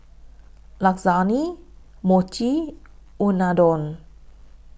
Lasagne Mochi Unadon